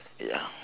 ya